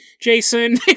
Jason